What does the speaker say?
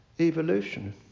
evolution